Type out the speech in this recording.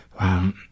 Wow